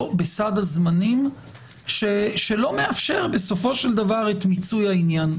בסד הזמנים שלא מאפשר את מיצוי העניין.